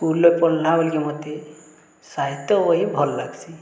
ସ୍କୁଲ୍ରେ ପଢ଼ିଲା ବୋଲି କି ମୋତେ ସାହିତ୍ୟ ବହି ଭଲ୍ ଲାଗ୍ସି